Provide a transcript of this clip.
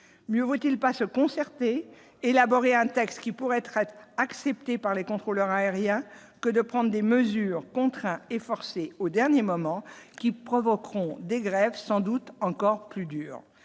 mieux vaut-il pas se concerter élaboré un texte qui pourrait être accepté par les contrôleurs aériens que de prendre des mesures, contraint et forcé, au dernier moment qui provoqueront des grèves sans doute encore plus dur,